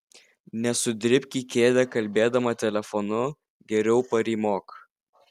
nesudribk į kėdę kalbėdama telefonu geriau parymok